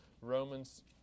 Romans